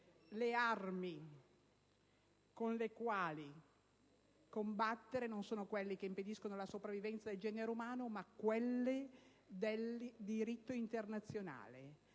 le armi con le quali combattere non sono quelle che impediscono la sopravvivenza del genere umano, ma quelle del diritto internazionale,